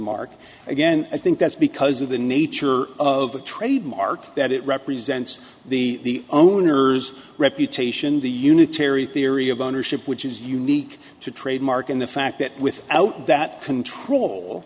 market again i think that's because of the nature of the trademark that it represents the owners reputation the unitary theory of ownership which is unique to trademark and the fact that without that control